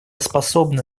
способна